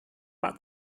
pak